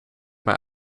meer